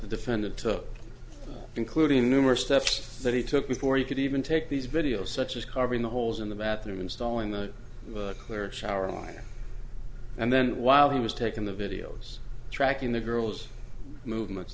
the defendant took including numerous steps that he took before he could even take these videos such as covering the holes in the bathroom stall in the shower line and then while he was taking the videos tracking the girls movements